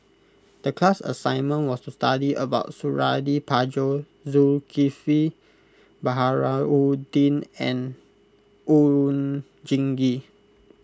the class assignment was to study about Suradi Parjo Zulkifli Baharudin and Oon Jin Gee